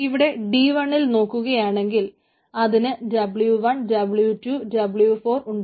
ഇവിടെ D1 ൽ നോക്കുകയാണെങ്കിൽ അതിന് W1 W2 W4 ഉണ്ട്